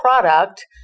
product